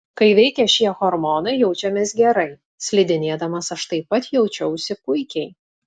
kai veikia šie hormonai jaučiamės gerai slidinėdamas aš taip pat jaučiausi puikiai